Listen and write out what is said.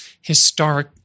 historic